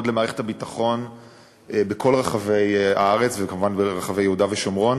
למערכת הביטחון בכל רחבי הארץ וכמובן ברחבי יהודה והשומרון,